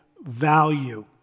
value